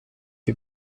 est